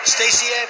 Stacey